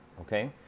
okay